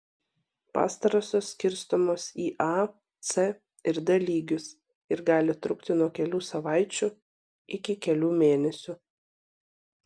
pastarosios skirstomos į a c ir d lygius ir gali trukti nuo kelių savaičių iki kelių mėnesių